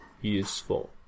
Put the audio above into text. useful